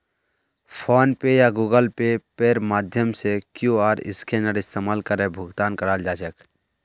phone पे या Google पेर माध्यम से क्यूआर स्कैनेर इस्तमाल करे भुगतान कराल जा छेक